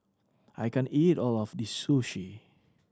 I can't eat all of this Sushi